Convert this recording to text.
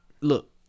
look